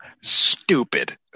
stupid